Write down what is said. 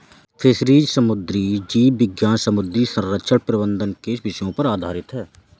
fisheries समुद्री जीव विज्ञान समुद्री संरक्षण प्रबंधन के विषयों पर आधारित है